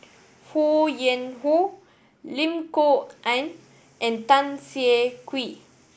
Ho Yuen Hoe Lim Kok Ann and Tan Siah Kwee